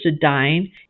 dying